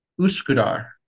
Uskudar